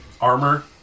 armor